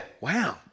Wow